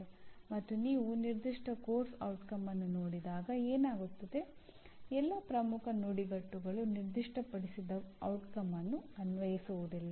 ಮತ್ತು ನೀವು ನಿರ್ದಿಷ್ಟ ಪಠ್ಯಕ್ರಮದ ಪರಿಣಾಮವನ್ನು ನೋಡಿದಾಗ ಏನಾಗುತ್ತದೆ ಎಲ್ಲಾ ಪ್ರಮುಖ ನುಡಿಗಟ್ಟುಗಳು ನಿರ್ದಿಷ್ಟಪಡಿಸಿದ ಪರಿಣಾಮವನ್ನು ಅನ್ವಯಿಸುವುದಿಲ್ಲ